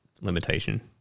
limitation